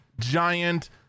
giant